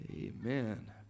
Amen